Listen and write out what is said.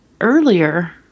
earlier